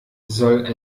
soll